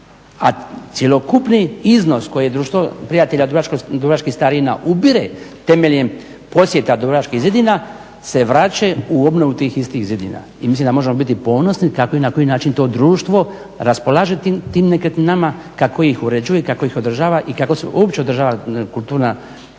A cjelokupni iznos koji je Društvo prijatelja dubrovačkih starina ubire temeljem posjeta dubrovačkih zidina se vraća u obnovu tih istih zidina. I mislim da možemo biti ponosni kako i na koji način to društvo raspolaže tim nekretninama, kako ih uređuje i kako ih održava i kako se uopće održava kulturna i